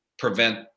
prevent